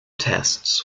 tests